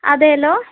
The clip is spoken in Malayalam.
അതേ അല്ലോ